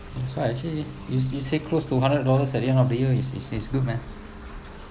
so actually you you you say close to hundred dollars at the end of the year is is is good meh